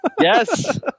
Yes